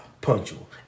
Punctual